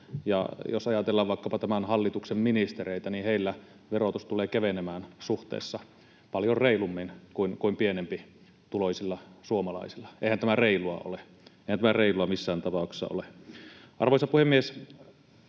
jos ajatellaan vaikkapa tämän hallituksen ministereitä, niin heillä verotus tulee kevenemään suhteessa paljon reilummin kuin pienempituloisilla suomalaisilla. Eihän tämä reilua ole. Eihän tämä reilua missään tapauksessa ole. Arvoisa puhemies!